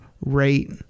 right